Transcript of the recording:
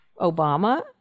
Obama